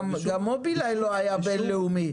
גם מובילאיי לא היה בין לאומי,